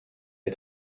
est